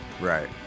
Right